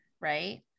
right